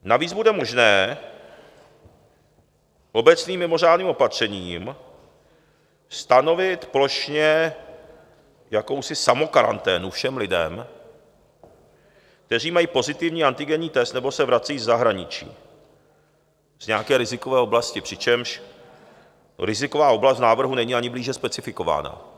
Navíc bude možné obecným mimořádným opatřením stanovit plošně jakousi samokaranténu všem lidem, kteří mají pozitivní antigenní test nebo se vracejí ze zahraničí z nějaké rizikové oblasti, přičemž riziková oblast návrhu není ani blíže specifikována.